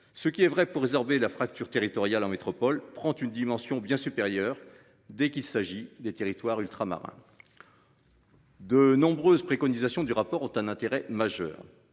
Ce qui est vrai pour résorber la fracture territoriale en métropole prend une dimension bien supérieur. Dès qu'il s'agit des territoires ultramarins.-- De nombreuses préconisations du rapport ont un intérêt majeur.